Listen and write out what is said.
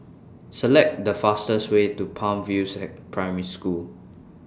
Select The fastest Way to Palm View Primary School